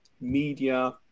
media